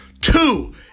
Two